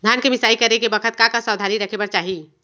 धान के मिसाई करे के बखत का का सावधानी रखें बर चाही?